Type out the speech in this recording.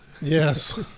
Yes